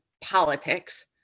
politics